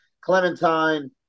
Clementine